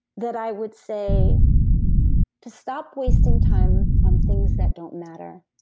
that i would say to stop wasting time on things that don't matter,